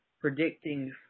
predicting